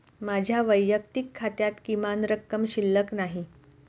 माझ्या वैयक्तिक खात्यात किमान रक्कम शिल्लक नाही